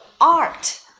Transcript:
Art